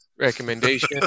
Recommendation